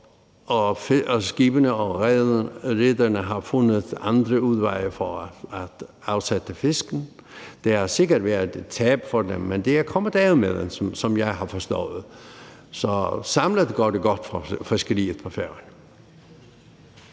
og skibene og rederierne har fundet andre udveje for at afsætte fiskene. Der har sikkert været et tab for dem, men de er kommet af med fiskene, som jeg har forstået det. Så samlet set går det godt for fiskeriet på Færøerne.